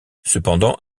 cependant